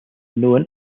known